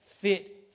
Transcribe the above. fit